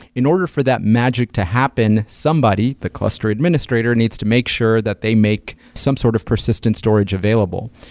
in order for that magic to happen, somebody, the cluster administrator, needs to make sure that they make some sort of persistent storage available.